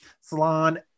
salon